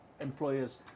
employers